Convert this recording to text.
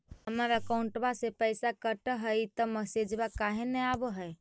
हमर अकौंटवा से पैसा कट हई त मैसेजवा काहे न आव है?